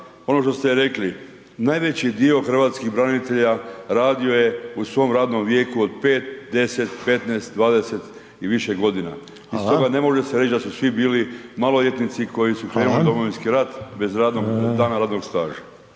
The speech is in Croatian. ono što ste rekli, najveći dio hrvatskih branitelja radio je u svom radnom vijeku od 5,10,15,20 i više godina i stoga ne može se reći da su svi bili maloljetnici koji su … Domovinski rat bez dana radnog staža.